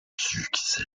succès